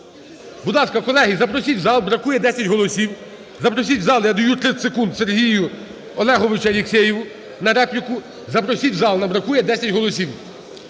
Будь ласка, колеги, запросіть в зал, бракує 10 голосів. Запросіть в зал. Я даю 30 секунд Сергію Олеговичу Алєксєєву на репліку. Запросіть в зал, нам бракує 10 голосів.